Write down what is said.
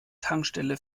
tankstelle